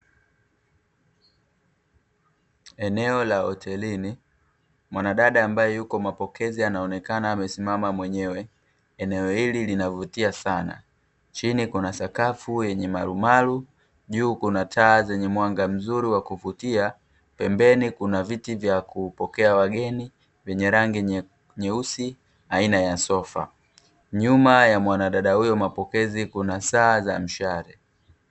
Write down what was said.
Eneo la hotelini mwanadada ambaye yuko mapokezi yanaonekana amesimama mwenyewe, eneo hili linavutia sana chini kuna sakafu yenye marumaru, juu kuna taa zenye mwanga mzuri wa kuvutia pembeni kuna viti vya kupokea wageni wenye rangi nyeusi aina ya sofa nyuma ya mwanadada huyo mapokezi kuna saa za mshale.